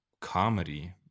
comedy